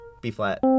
B-flat